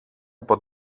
από